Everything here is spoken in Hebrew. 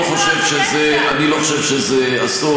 אני לא חושב שזה אסון.